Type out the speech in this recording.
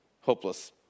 hopeless